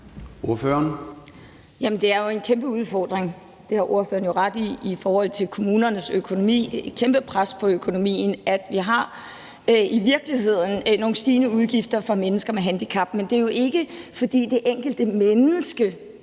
Det er jo en kæmpe udfordring, det har ordføreren ret i, i forhold til kommunernes økonomi. Det er et kæmpe pres på økonomien, at vi i virkeligheden har nogle stigende udgifter for mennesker med handicap. Men det er jo ikke, fordi det enkelte menneske